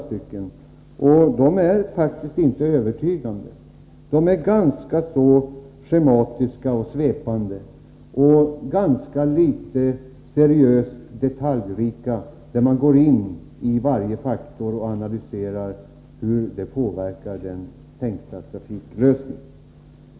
De utredningarna är faktiskt inte övertygande, utan de är ganska schematiska och svepande och innehåller ganska litet av seriös detaljrikedom där man går in och analyserar hur varje faktor påverkar den tänkta trafiklösningen.